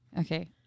Okay